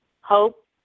hope